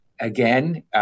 again